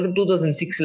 2006